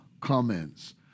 comments